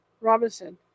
Robinson